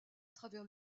travers